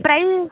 price